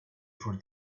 for